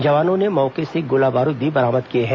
जवानों ने मौके से गोला बारूद भी बरामद किए हैं